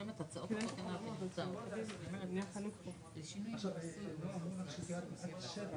בתוך שטח הרשויות המקומיות, הרשויות קיבלו